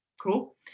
Cool